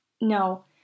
No